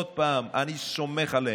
עוד פעם, אני סומך עליהם.